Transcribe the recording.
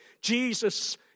Jesus